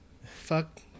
Fuck